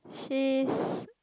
she's